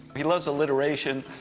he loves alliteration,